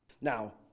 Now